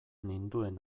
ninduen